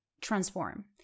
transform